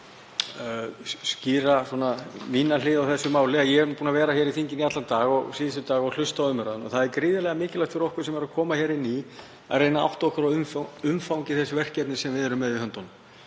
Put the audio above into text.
skýra mína hlið á þessu máli. Ég er búinn að vera í þinginu í allan dag og síðustu daga og hlusta á umræðuna. Það er gríðarlega mikilvægt fyrir okkur sem erum að koma inn ný að reyna að átta okkur á umfangi þess verkefnis sem við erum með í höndunum.